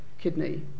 kidney